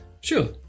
Sure